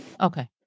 okay